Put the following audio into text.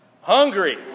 hungry